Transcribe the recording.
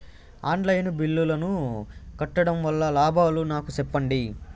On line బిల్లుల ను కట్టడం వల్ల లాభాలు నాకు సెప్పండి?